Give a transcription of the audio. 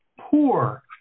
poor